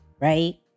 right